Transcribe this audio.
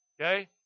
okay